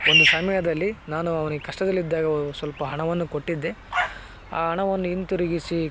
ಒಂದು ಸಮಯದಲ್ಲಿ ನಾನು ಅವ್ನಿಗೆ ಕಷ್ಟದಲ್ಲಿದ್ದಾಗ ಒ ಸ್ವಲ್ಪ ಹಣವನ್ನು ಕೊಟ್ಟಿದ್ದೆ ಆ ಹಣವನ್ನು ಹಿಂತಿರುಗಿಸಿ